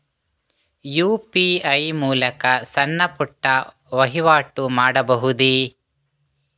UPI ಮೂಲಕ ಸಣ್ಣ ಪುಟ್ಟ ವಹಿವಾಟು ಮಾಡಬಹುದೇ?